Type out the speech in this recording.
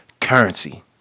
currency